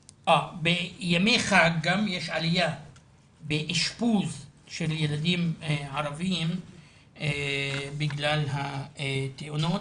בימי חג גם יש עלייה באשפוז של ילדים ערבים בגלל התאונות,